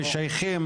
משייכים,